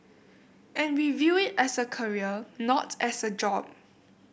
and we view it as a career not as a job